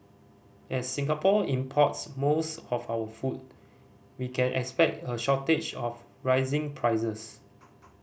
as Singapore import's most of our food we can expect a shortage of rising prices